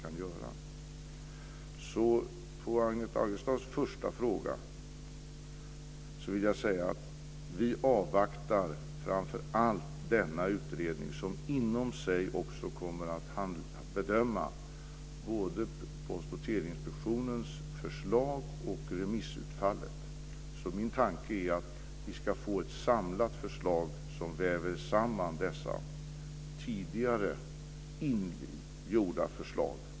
På Amanda Agestavs första fråga vill jag säga att vi avvaktar framför allt denna utredning. Den kommer också inom sig att bedöma Post och telestyrelsens förslag och remissutfallet. Min tanke är att vi ska få ett samlat förslag som väver samman dessa tidigare förslag.